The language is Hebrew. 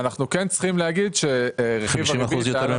אנחנו כן צריכים להגיד שרכיב --- 30% יותר?